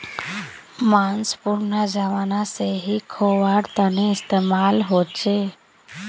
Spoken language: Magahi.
माँस पुरना ज़माना से ही ख्वार तने इस्तेमाल होचे